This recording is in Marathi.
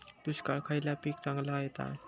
दुष्काळात खयला पीक चांगला येता?